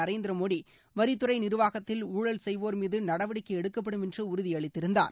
நரேந்திர மோடி வரித்துறை நிர்வாகத்தில் ஊழல் செய்வோர்மீது நடவடிக்கை எடுக்கப்படும் என்று உறுதிஅளித்திருந்தார்